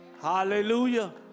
Hallelujah